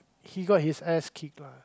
he got his ass kicked